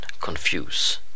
Confuse